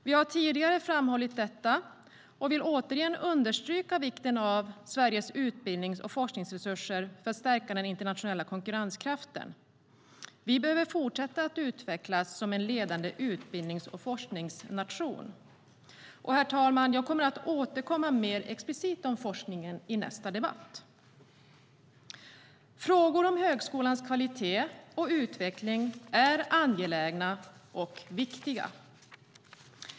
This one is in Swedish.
Vi har tidigare framhållit detta och vill återigen understryka vikten av Sveriges utbildnings och forskningsresurser för att stärka den internationella konkurrenskraften. Vi behöver fortsätta att utvecklas som en ledande utbildnings och forskningsnation. Herr talman! Jag kommer att återkomma mer explicit om forskningen i nästa debatt. Frågor om högskolans kvalitet och utveckling är angelägna och viktiga.